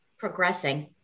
progressing